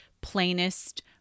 plainest